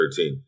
2013